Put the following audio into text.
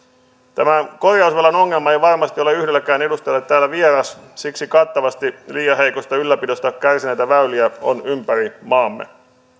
tämä korjausvelan ongelma ei varmasti ole yhdellekään edustajalle täällä vieras siksi kattavasti liian heikosta ylläpidosta kärsineitä väyliä on ympäri maamme